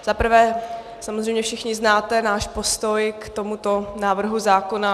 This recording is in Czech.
Za prvé, samozřejmě všichni znáte náš postoj k tomuto návrhu zákona.